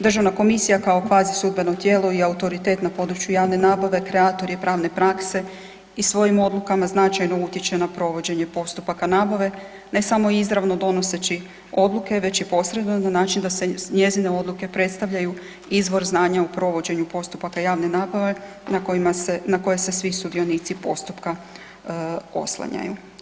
Državna komisija kao kvazi sudbeno tijelo i autoritet na području javne nabave, kreator je pravne prakse i svojim odlukama značajno utječe na provođenje postupaka nabave, ne samo izravno donoseći odluke već i posredno na način da njezine odluke predstavljaju izvor znanja o provođenju postupaka javne nabave na koje se svi sudionici postupka oslanjanju.